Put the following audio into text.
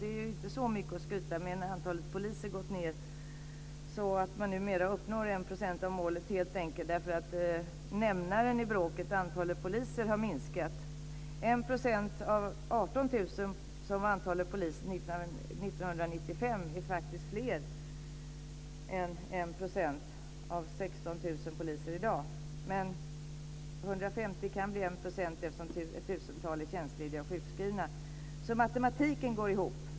Det är ju inte så mycket att skryta med, då det är antalet poliser som gått ned så att vi nu uppnår enprocentsmålet helt enkelt därför att nämnaren i bråket, antalet poliser, har minskat. 1 % av 18 000, som antalet poliser var 1995, är faktiskt mer än 1 % av 16 000 poliser i dag. Men 150 kan bli 1 % eftersom ett tusental poliser är tjänstlediga och sjukskrivna. Matematiken går alltså ihop.